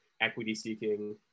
equity-seeking